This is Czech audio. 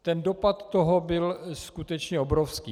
Ten dopad toho byl skutečně obrovský.